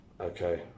Okay